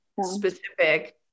specific